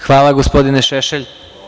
Hvala gospodine Šešelj.